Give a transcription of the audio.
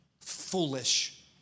Foolish